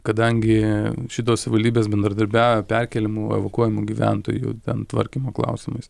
kadangi šitos savivaldybės bendradarbiauja perkėlimu evakuojamų gyventojų ten tvarkymo klausimais